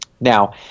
Now